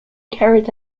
carried